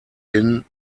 hin